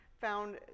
found